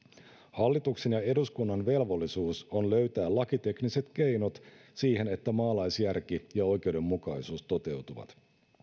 hallituksen ja eduskunnan velvollisuus on löytää lakitekniset keinot siihen että maalaisjärki ja oikeudenmukaisuus toteutuvat